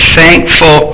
thankful